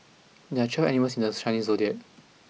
there are twelve animals in the Chinese Zodiac